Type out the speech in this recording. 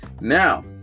Now